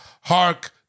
hark